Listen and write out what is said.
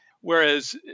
Whereas